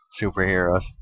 superheroes